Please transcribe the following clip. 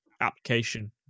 application